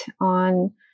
on